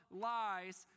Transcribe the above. lies